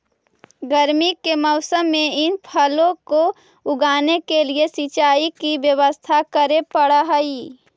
गर्मी के मौसम में इन फलों को उगाने के लिए सिंचाई की व्यवस्था करे पड़अ हई